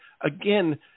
again